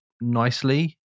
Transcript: nicely